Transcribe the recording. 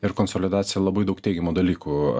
ir konsolidacija labai daug teigiamų dalykų